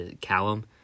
callum